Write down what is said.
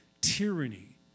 tyranny